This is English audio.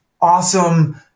awesome